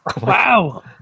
Wow